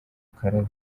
ukarabe